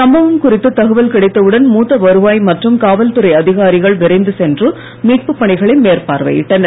சம்பவம் குறித்து தகவல் கிடைத்தவுடன் மூத்த வருவாய் மற்றும் காவல்துறை அதிகாரிகள் விரைந்து சென்று மீட்புப் பணிகளை மேற்பார்வை இட்டனர்